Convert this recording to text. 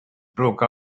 broke